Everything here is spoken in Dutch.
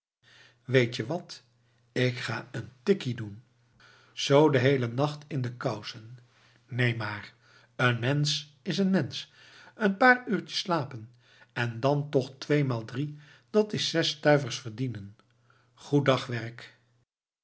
niet weet-je wat ik ga een tikkie doen zoo den heelen nacht in de kousen neen maar een mensch is een mensch een paar uurtjes slapen en dan toch tweemaal drie dat is zes stuivers verdienen goed dagwerk